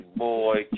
boy